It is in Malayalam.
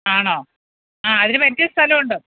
ആണോ ആ അതിനു പറ്റിയ സ്ഥലമുണ്ട്